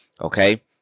okay